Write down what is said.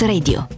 Radio